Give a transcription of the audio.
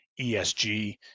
ESG